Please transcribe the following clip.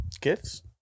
Gifts